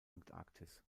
antarktis